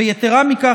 ויתרה מזו,